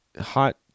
hot